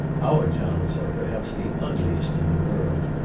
our towns are perhaps the ugliest in the world,